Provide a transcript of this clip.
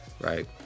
right